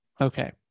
Okay